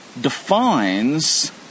defines